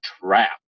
trap